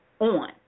on